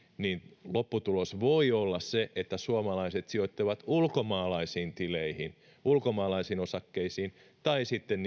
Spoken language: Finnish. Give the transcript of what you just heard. niin lopputulos voi olla se että suomalaiset sijoittavat ulkomaalaisille tileille ja ulkomaalaisiin osakkeisiin tai sitten